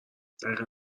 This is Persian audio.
دقیقا